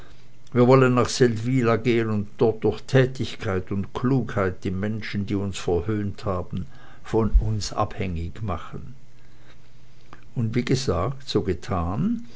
wir wollen nach seldwyla gehen und dort durch tätigkeit und klugheit die menschen die uns verhöhnt haben von uns abhängig machen und wie gesagt so getan